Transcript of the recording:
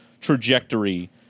trajectory